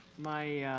my